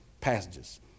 passages